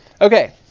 Okay